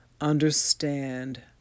understand